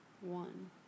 one